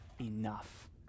enough